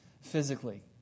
physically